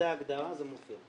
זו ההגדרה, זה מופיע.